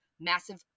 massive